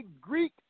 Greek